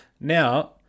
now